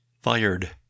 fired